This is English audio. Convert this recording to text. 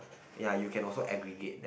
ya you can also aggregate that